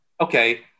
okay